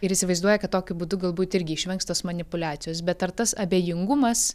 ir įsivaizduoja kad tokiu būdu galbūt irgi išvengs tos manipuliacijos bet ar tas abejingumas